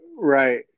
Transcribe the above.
Right